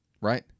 right